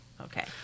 okay